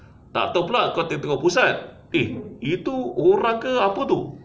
tak tahu pula kau tengah tengok pusat eh itu orang ke apa tu